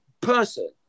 person